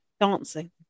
dancing